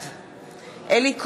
בעד אלי כהן,